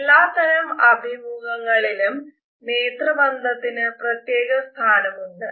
എല്ലാത്തരം അഭിമുഖങ്ങളിലും നേത്രബന്ധത്തിന് പ്രത്യേക സ്ഥാനമുണ്ട്